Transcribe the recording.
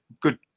good